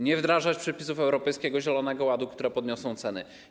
Nie wdrażać przepisów Europejskiego Zielonego Ładu, które podniosą ceny.